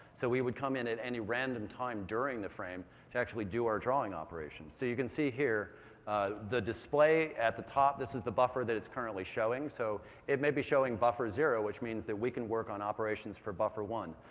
so we would come in at any random time during the frame to actually do our drawing operation. so you can see here the display at the top, this is the buffer that it's currently showing. so it may be showing buffer zero, which means that we can work on operations for buffer one.